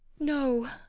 no,